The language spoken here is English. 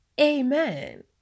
Amen